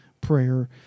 prayer